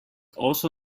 also